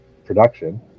production